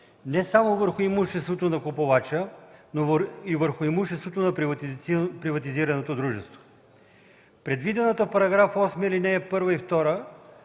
не само върху имуществото на купувача, но и върху имуществото на приватизираното дружество. Предвидената в § 8, ал. 1 и 2